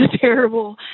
terrible